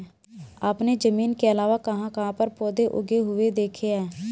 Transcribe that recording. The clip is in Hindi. आपने जमीन के अलावा कहाँ कहाँ पर पौधे उगे हुए देखे हैं?